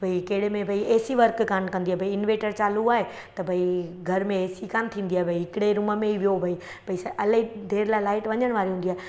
भई कहिड़े में भई एसी वर्क कान कंदी आहे भई इनवेटर चालू आहे त भई घर में एसी कान थींदी आहे भई हिकिड़े रुम में ई वियो भई भई इलाही देरि लाइ लाइट वञण वारी हूंदी आहे